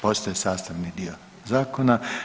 Postaje sastavni dio zakona.